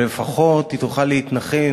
אבל לפחות היא תוכל להתנחם